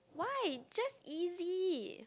why just easy